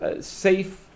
safe